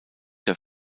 der